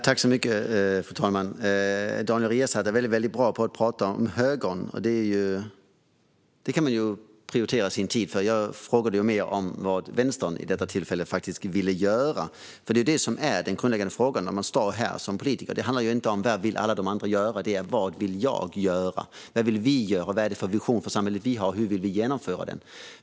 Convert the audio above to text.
Fru talman! Daniel Riazat är väldigt bra på att prata om högern, och man kan prioritera sin tid för detta. Jag frågade snarare vad Vänstern vill göra vid detta tillfälle, för det är detta som är den grundläggande frågan när man står här som politiker. Det handlar inte om vad alla de andra vill göra utan om vad jag eller vi vill göra, vilken vision vi har för samhället och hur vi vill genomföra den.